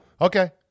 Okay